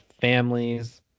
families